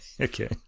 okay